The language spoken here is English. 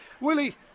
Willie